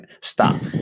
stop